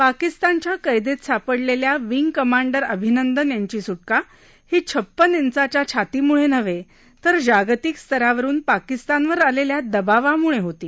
पाकिस्तानच्या कैदेत सापडलेल्या विंग कमांडर अभिनंदन यांची सुटका ही छप्पन इंचाच्या छातीमुळे नव्हे तर जागतिक स्तरावरून पाकिस्तानवर आलेल्या दबावामुळे झाली